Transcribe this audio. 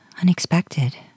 unexpected